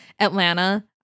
Atlanta